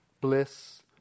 bliss